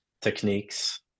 techniques